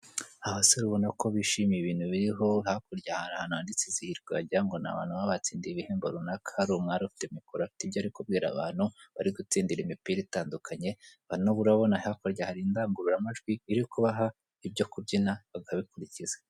Abasore ubona ko bishimiye ibintu biriho hakurya hari ahantu handitse izihirwe wagira ngo n'abantu baba batsidiye ibihembo runaka, hari umwari ufite mikoro afite ibyo ari kubwira abantu bari gutsindira imipira itandukanye bano bo urabona hakurya hari indangururamajwi iri kubaha ibyo kubyina bakabikurikiza.